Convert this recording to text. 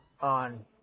on